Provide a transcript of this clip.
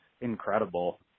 Incredible